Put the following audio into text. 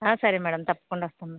సరే మేడం తప్పకుండా వస్తాం